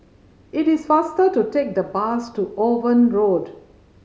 it is faster to take the bus to Owen Road